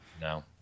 No